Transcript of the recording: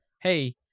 hey